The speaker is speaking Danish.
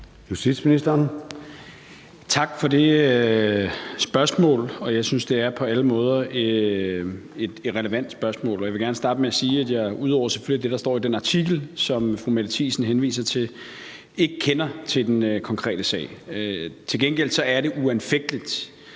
Hummelgaard): Tak for det spørgsmål. Jeg synes, det på alle måder er et relevant spørgsmål, og jeg vil gerne starte med at sige, at jeg, selvfølgelig ud over det, der står i den artikel, som fru Mette Thiesen henviser til, ikke kender til den konkrete sag. Til gengæld er det uanfægteligt,